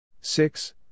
Six